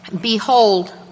Behold